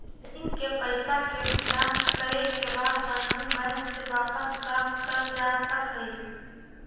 ऋण के पईसा के भुगतान करे के बाद बंधन बैंक से वापस प्राप्त करल जा सकऽ हई